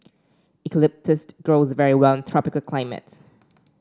eucalyptus grows very well in tropical climates